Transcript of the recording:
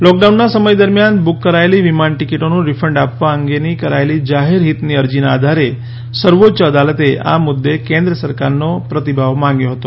લૉકડાઉનના સમય દરમ્યાન બુક કરાયેલી વિમાન ટિકિટોનું રિફંડ આપવા અંગેની કરાચેલી જાહેર હિતની અરજીના આધારે સર્વોચ્ય અદાલતે આ મુદ્દે કેન્દ્ર સરકારનો પ્રતિભાવ માગ્યો હતો